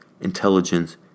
intelligence